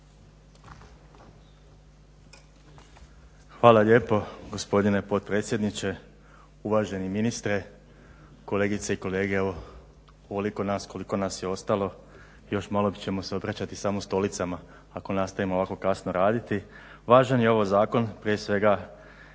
Hvala lijepo gospodine potpredsjedniče. Uvaženi ministre, kolegice i kolege. Evo ovoliko nas koliko nas je ostalo još malo mi ćemo se obraćati samo stolicama, ako nas nema ovako kasno raditi. važan je ovaj zakon prije svega